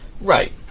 Right